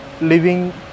living